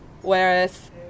whereas